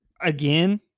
again